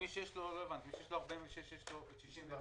מי שיש לו אישור לעניין סעיף 46 יש לו גם אישור לעניין סעיף 61?